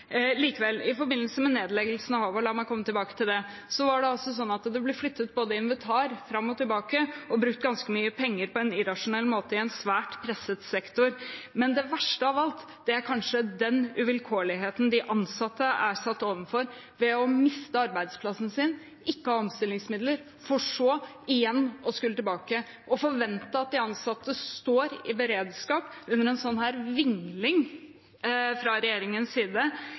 I forbindelse med nedlegging av Håvet – la meg komme tilbake til det – var det slik at det ble flyttet inventar fram og tilbake og brukt ganske mye penger på en irrasjonell måte i en svært presset sektor. Men det verste av alt er kanskje den uvilkårligheten de ansatte blir stilt overfor ved å miste arbeidsplassen sin – ikke ha omstillingsmidler – for så igjen å skulle tilbake. Å forvente at de ansatte står i beredskap under en sånn vingling fra regjeringens side,